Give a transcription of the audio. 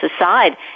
aside